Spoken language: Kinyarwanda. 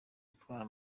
gutwara